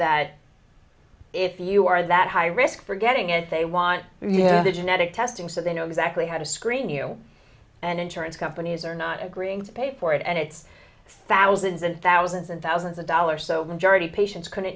that if you are that high risk for getting it they want the genetic testing so they know exactly how to screen you and insurance companies are not agreeing to pay for it and it's thousands and thousands and thousands of dollars so gerty patients couldn't